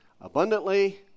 abundantly